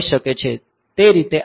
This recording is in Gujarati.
તે રીતે આ રીસેટ ઓપરેશન થશે